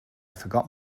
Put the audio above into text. forgot